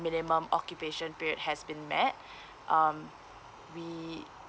minimum occupation period has been met um we